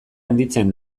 handitzen